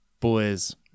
boys